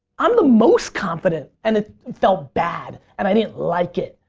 i'm the most confident and it felt bad and i didn't like it.